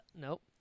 nope